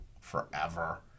forever